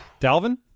Dalvin